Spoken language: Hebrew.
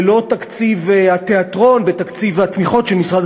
ללא תקציב התיאטרון בתקציב התמיכות של משרד